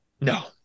No